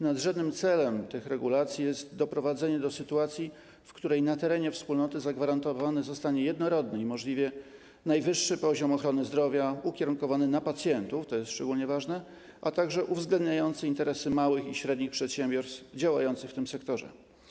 Nadrzędnym celem tych regulacji jest doprowadzenie do sytuacji, w której na terenie Wspólnoty zagwarantowany zostanie jednorodny i możliwie najwyższy poziom ochrony zdrowia, ukierunkowany na pacjentów, to jest szczególnie ważne, a także uwzględniający interesy małych i średnich przedsiębiorstw działających w tym sektorze.